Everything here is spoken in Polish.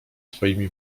twoimi